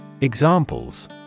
Examples